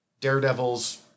Daredevil's